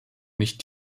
nicht